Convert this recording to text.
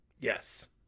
Yes